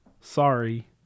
sorry